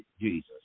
Jesus